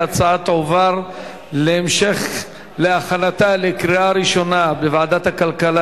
ההצעה להעביר את הצעת חוק לתיקון פקודת התעבורה